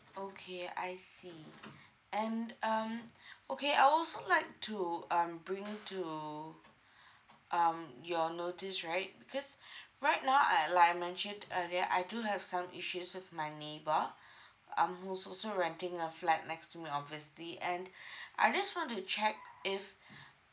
okay I see and um okay I also like to um bring to um your notice right because right now I like I mentioned earlier I do have some issues with my neighbour um who's also renting a flat next to me obviously and I just want to check if